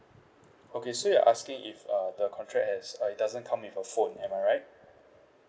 okay so you're asking if uh the contract has uh it doesn't come with a phone am I right